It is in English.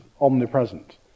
omnipresent